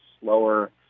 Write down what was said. slower